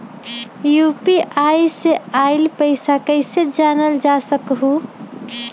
UPI से आईल पैसा कईसे जानल जा सकहु?